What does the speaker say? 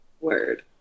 Word